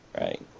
Right